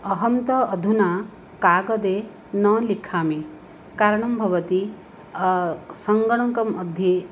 अहं तु अधुना कागदे न लिखामि कारणं भवति सङ्गणकमध्ये